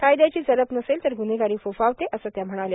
कायद्याची जरब नसेल तर गुन्हेगारी फोफावते असं त्या म्हणाल्या